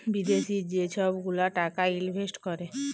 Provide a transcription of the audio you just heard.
বিদ্যাশি যে ছব গুলা টাকা ইলভেস্ট ক্যরে